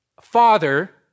Father